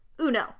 Uno